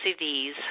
cds